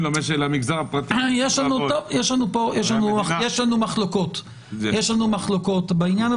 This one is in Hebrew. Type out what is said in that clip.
למגזר הפרטי --- יש לנו מחלוקות בעניין,